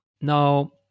Now